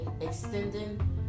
Extending